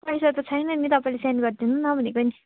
पैसा त छैन नि तपाईँले सेन्ड गरिदिनु न भनेको नि